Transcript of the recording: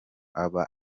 aba